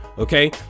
Okay